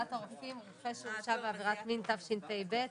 פקודת הרופאים (רופא שהורשע בעבירות מין), התשפ"ב